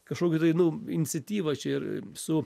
kažkokią tai nu iniciatyvą čia ir su